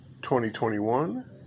2021